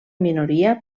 minoria